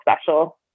special